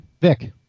Vic